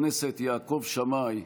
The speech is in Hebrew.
חבר הכנסת יעקב שמאי,